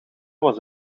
was